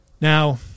Now